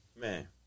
man